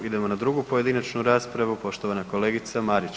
Idemo na drugu pojedinačnu raspravu, poštovana kolegica Marić.